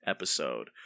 Episode